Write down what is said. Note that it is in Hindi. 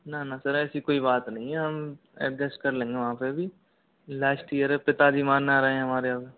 ना ना सर ऐसी कोई बात नहीं है हम एडजस्ट कर लेंगे वहाँ पे भी लास्ट इयर है पिताजी मान ना रहे है हमारे अब